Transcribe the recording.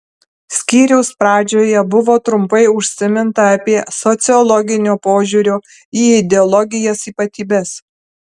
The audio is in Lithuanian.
skyriaus pradžioje buvo trumpai užsiminta apie sociologinio požiūrio į ideologijas ypatybes